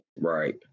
Right